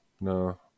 no